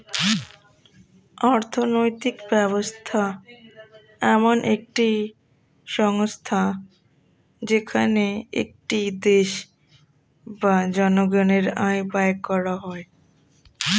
অর্থনৈতিক ব্যবস্থা এমন একটি সংস্থা যেখানে একটি দেশ বা জনগণের আয় ব্যয় করা হয়